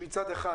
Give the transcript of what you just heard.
שמצד אחד